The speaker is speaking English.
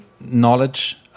knowledge